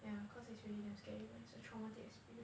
yeah cause it's really damn scary it's a traumatic experience